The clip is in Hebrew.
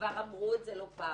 כבר אמרו את זה לא פעם,